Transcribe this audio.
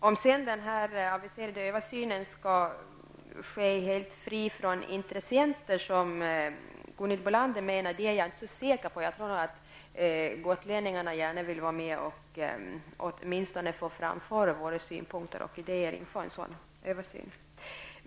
Om sedan den aviserade översynen skall ske helt fri från intressenter, som Gunhild Bolander menar, är jag inte så säker på. Jag tror nog att gotlänningarna gärna vill vara med och åtminstone få framföra våra synpunkter och ideér inför en sådan översyn.